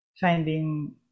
finding